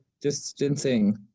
distancing